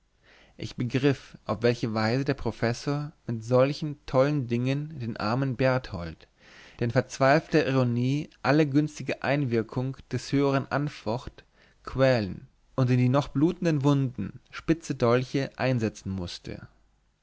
ich begriff auf welche weise der professor mit solchen tollen dingen den armen berthold der in verzweifelter ironie alle günstige einwirkung des höheren anfocht quälen und in die noch blutenden wunden spitze dolche einsetzen mußte